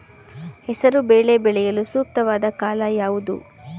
ಹೆಸರು ಬೇಳೆ ಬೆಳೆಯಲು ಸೂಕ್ತವಾದ ಕಾಲ ಯಾವುದು?